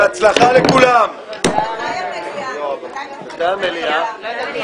הישיבה ננעלה בשעה 19:55.